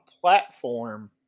platform